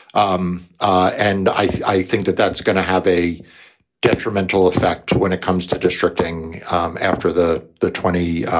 um ah and i think that that's going to have a detrimental effect when it comes to destructing um after the the twenty